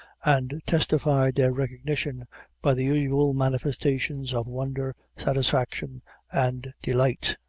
and testified their recognition by the usual manifestations of wonder, satisfaction and delight.